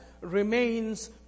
remains